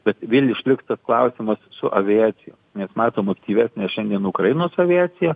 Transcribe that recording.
bet vėl išliks tas klausimas su aviacija nes matom aktyvesnę šiandien ukrainos aviaciją